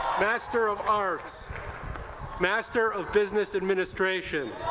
master of arts master of business administration